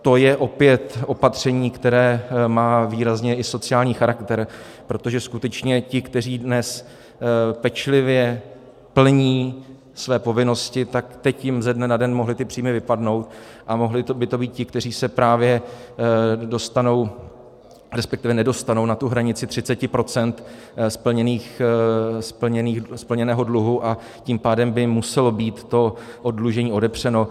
To je opět opatření, které má výrazně i sociální charakter, protože skutečně ti, kteří dnes pečlivě plní své povinnosti, tak teď jim ze dne na den mohly ty příjmy vypadnout, a mohli by to být ti, kteří se právě dostanou, resp. nedostanou na tu hranici 30 procent splněného dluhu, a tím pádem by jim muselo být to oddlužení odepřeno.